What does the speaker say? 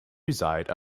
reside